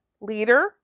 leader